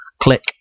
click